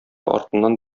артыннан